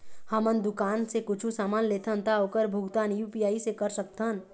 हमन दुकान से कुछू समान लेथन ता ओकर भुगतान यू.पी.आई से कर सकथन?